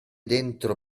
dentro